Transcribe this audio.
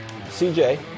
CJ